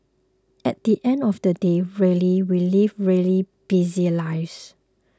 at the end of the day really we live really busy lives